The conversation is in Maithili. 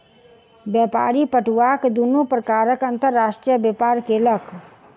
व्यापारी पटुआक दुनू प्रकारक अंतर्राष्ट्रीय व्यापार केलक